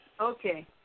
Okay